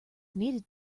needed